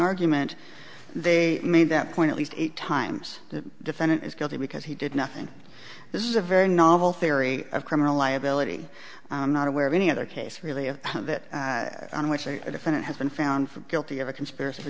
argument they made that point at least eight times the defendant is guilty because he did nothing this is a very novel theory of criminal liability i'm not aware of any other case really of that on which a defendant has been found guilty of a conspiracy